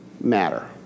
matter